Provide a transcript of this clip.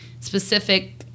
specific